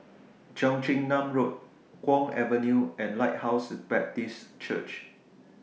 Cheong Chin Nam Road Kwong Avenue and Lighthouse Baptist Church